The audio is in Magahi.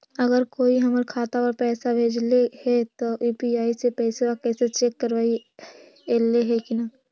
अगर कोइ हमर खाता पर पैसा भेजलके हे त यु.पी.आई से पैसबा कैसे चेक करबइ ऐले हे कि न?